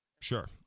Sure